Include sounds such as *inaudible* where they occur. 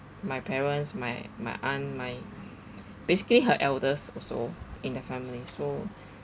my parents my my aunt my *noise* basically her elders also in the family so *breath*